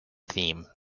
theme